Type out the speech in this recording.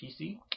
PC